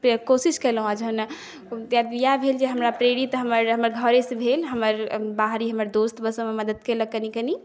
कोशिश कएलहुँ आओर जहन इएह भेल जे हमरा प्रेरित हमर घरेसँ भेल हमर बाहरी हमर दोस्त बस मदति केलक कनी कनी